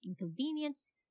inconvenience